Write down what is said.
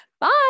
Bye